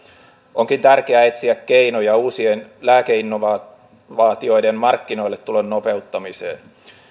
onkin tärkeää etsiä keinoja uusien lääkeinnovaatioiden markkinoille tulon nopeuttamiseen